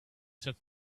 said